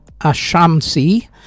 Ashamsi